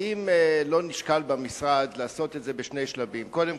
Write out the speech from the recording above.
האם לא נשקל במשרד לעשות את זה בשני שלבים: קודם